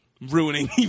ruining